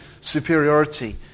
superiority